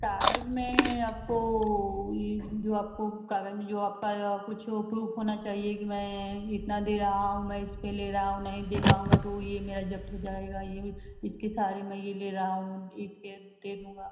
कागज़ में आपको यह जो आपको कागज़ में जो आपका या कुछ प्रूफ़ होना चाहिए कि मैं इतना दे रहा हूँ मैं इस पर ले रहा हूँ नहीं दे पाऊँगा तो यह मेरा ज़ब्त हो जाएगा यह इसके सहारे मैं यह ले रहा हूँ इसके दे दूँगा